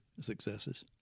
successes